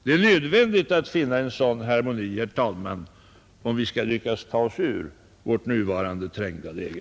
Det är nödvändigt att finna en sådan harmoni, om vi skall lyckas med att ta oss ur vårt nuvarande trängda läge.